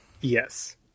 yes